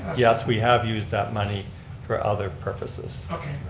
yes, we have used that money for other purposes. okay,